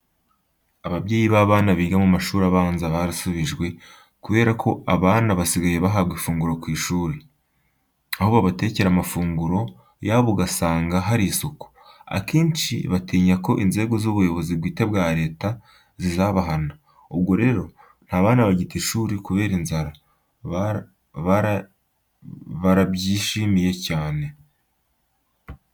Ababyeyi b'abana biga mu mashuri abanza barasubijwe kubera ko abana basigaye bahabwa ifunguro ku ishuri. Aho batekera amafunguro yabo usanga hari isuku, kenshi batinya ko inzego z'ubuyobozi bwite bwa leta zizabahana. Ubu rero nta bana bagita amashuri kubera inzara. Barabyishimiye chane.